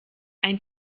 ein